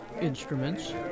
instruments